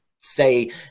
say